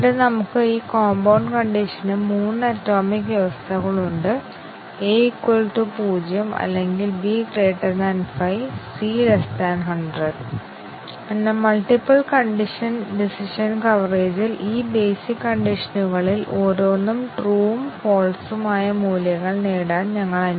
അതിനാൽ നമുക്ക് ആവശ്യമാണ് a 30 ആണ് b 20 ആണ് അതിനാൽ ഫാൾസും ട്രൂ ഉം ഉണ്ട് a 30 ആണ് b 40 ആണ് അതിനാൽ ഫാൾസ്ഉം ഫാൾസ്ഉം പിന്നീട് ട്രൂവും ഫാൾസ്ഉം ട്രൂവും ട്രൂവും ആണ്